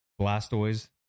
Blastoise